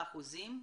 באחוזים,